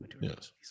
yes